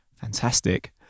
Fantastic